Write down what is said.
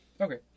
Okay